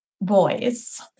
boys